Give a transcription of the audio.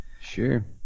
Sure